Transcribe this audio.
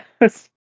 yes